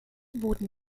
wurden